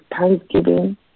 thanksgiving